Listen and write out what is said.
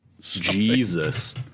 Jesus